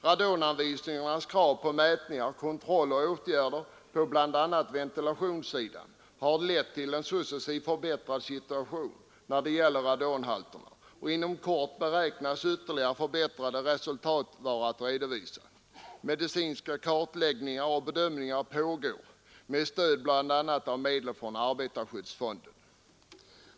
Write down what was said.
Radonanvisningarnas krav på mätningar, kontroller och åtgärder på bl.a. ventilationssidan har lett till en successivt förbättrad situation när det gäller radonhalterna, och inom kort beräknas ytterligare förbättrade resultat vara att redovisa. Medicinska kartläggningar och bedömningar pågår också med stöd av bl.a. medel från arbetarskyddsstyrelsen.